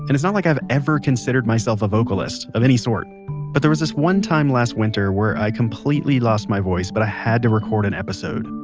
it's not like i ever considered myself a vocalis, of any sort but there was this one time last winter where i completely lost my voice but i had to record an episode,